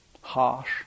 harsh